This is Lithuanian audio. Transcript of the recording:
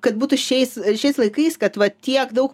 kad būtų šiais šiais laikais kad va tiek daug